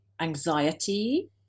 anxiety